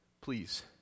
please